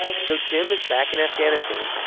so tim is back in afghanistan,